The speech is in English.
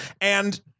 And-